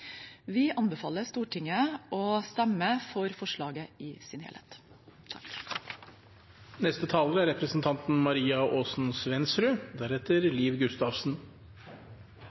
Vi anbefaler Stortinget å stemme for innstillingen i sin helhet.